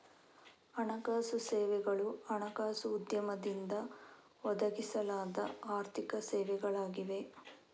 ಹಣಕಾಸು ಸೇವೆಗಳು ಹಣಕಾಸು ಉದ್ಯಮದಿಂದ ಒದಗಿಸಲಾದ ಆರ್ಥಿಕ ಸೇವೆಗಳಾಗಿವೆ